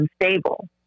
unstable